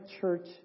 church